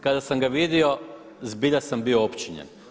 Kada sam ga vidio zbilja sam bio opčinjen.